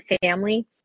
family